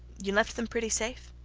you left them pretty safe?